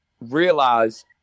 realize